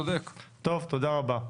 תודה רבה.